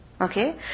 Okay